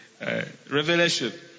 Revelation